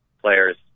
players